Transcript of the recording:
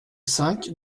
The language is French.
cinq